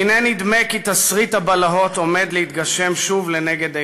והנה נדמה כי תסריט הבלהות עומד להתגשם שוב לנגד עינינו,